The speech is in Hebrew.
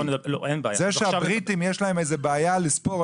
זה שהבריטים יש להם איזה בעיה לספור,